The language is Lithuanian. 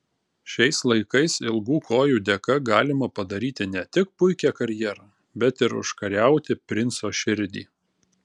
šiais laikais ilgų kojų dėka galima padaryti ne tik puikią karjerą bet ir užkariauti princo širdį